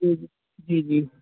ٹھیک جی جی